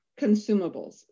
consumables